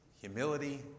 humility